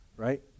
right